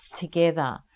together